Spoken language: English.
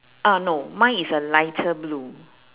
uh no mine is a lighter blue